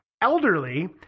elderly